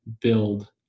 build